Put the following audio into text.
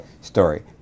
story